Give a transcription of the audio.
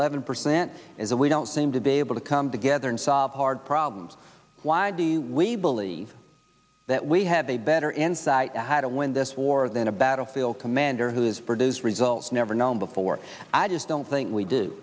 eleven percent is that we don't seem to be able to come together and solve hard problems why do you we believe that we have a better insight on how to win this war than a battlefield commander who has produced results never known before i just don't think we do